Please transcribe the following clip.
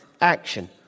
action